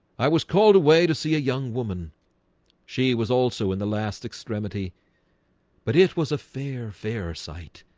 i was called away to see a young woman she was also in the last extremity but it was a fair fair sight.